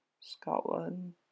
Scotland